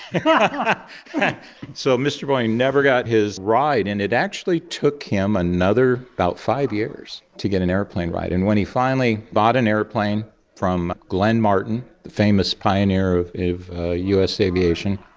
and so mr boeing never got his ride, and it actually took him another about five years to get an aeroplane ride. and when he finally bought an aeroplane from glenn martin the famous pioneer of us aviation,